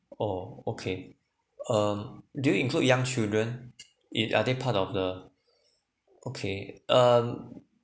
oh okay um do you include young children it are they part of the okay um